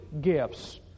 gifts